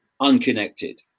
unconnected